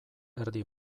erdi